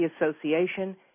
Association